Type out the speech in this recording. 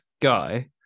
guy